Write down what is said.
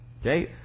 Okay